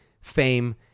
fame